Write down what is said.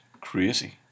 crazy